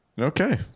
Okay